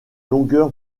longueur